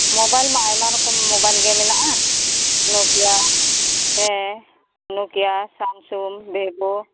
mobile ᱢᱟ ᱟᱭᱢᱟ ᱨᱚᱠᱚᱢ ᱢᱳᱵᱟᱭᱤᱞ ᱜᱮ ᱢᱮᱱᱟᱜᱼᱟ ᱱᱳᱠᱤᱭᱟ ᱦᱮᱸ ᱱᱳᱠᱤᱭᱟ ᱥᱟᱢᱥᱩᱝ ᱵᱷᱤᱵᱳ